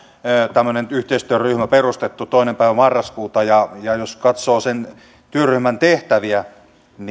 tämmöinen yhteistyöryhmä perustettu toinen päivä marraskuuta ja jos katsoo sen työryhmän tehtäviä